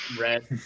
red